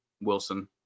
Wilson